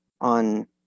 on